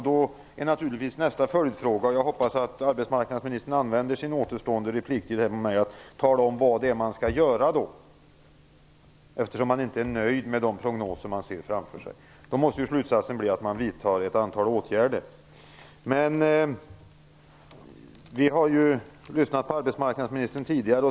Därför hoppas jag att arbetsmarknadsministern använder sin återstående repliktid för att tala om för mig vad man skall göra, eftersom man inte är nöjd med de prognoser som man ser framför sig. Slutsatsen måste ju bli att man vidtar ett antal åtgärder. Jag har ju lyssnat på arbetsmarknadsministern tidigare.